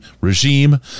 regime